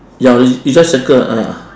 jau you you just circle ah